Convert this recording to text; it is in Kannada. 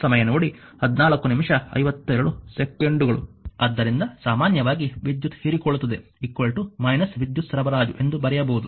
ಆದ್ದರಿಂದ ಸಾಮಾನ್ಯವಾಗಿ ವಿದ್ಯುತ್ ಹೀರಿಕೊಳ್ಳುತ್ತದೆ ವಿದ್ಯುತ್ ಸರಬರಾಜು ಎಂದು ಬರೆಯಬಹುದು